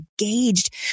engaged